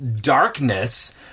darkness